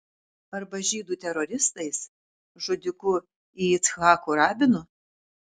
arba žydų teroristais žudiku yitzhaku rabinu